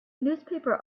newspaper